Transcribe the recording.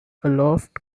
aloft